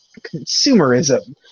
consumerism